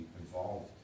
involved